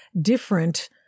different